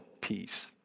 peace